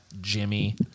Jimmy